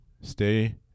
stay